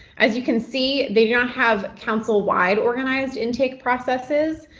as you can see, they do not have council-wide organized intake processes,